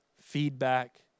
feedback